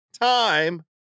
time